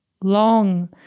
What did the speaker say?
long